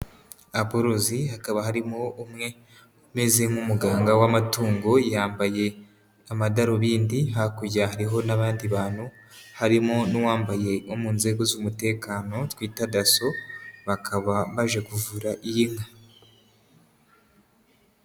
Aborozi hakaba harimo umwe umeze nk'umuganga w'amatungo yambaye amadarubindi, hakurya hariho n'abandi bantu harimo n'uwambaye wo mu nzego z'umutekano twita ''DASSO'', bakaba baje kuvura iyi nka.